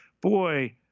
boy